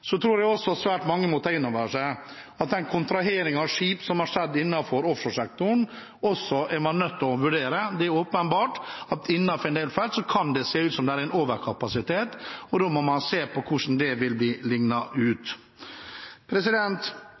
Så tror jeg også svært mange må ta inn over seg at den kontraheringen av skip som har skjedd innenfor offshoresektoren, er man nødt til å vurdere. Det er åpenbart at innenfor en del felt kan det se ut som om det er en overkapasitet, og da må man se på hvordan det vil bli lignet ut.